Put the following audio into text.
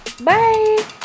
Bye